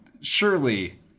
surely